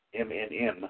MNM